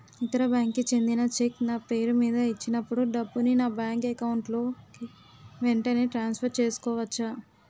ఇతర బ్యాంక్ కి చెందిన చెక్ నా పేరుమీద ఇచ్చినప్పుడు డబ్బుని నా బ్యాంక్ అకౌంట్ లోక్ వెంటనే ట్రాన్సఫర్ చేసుకోవచ్చా?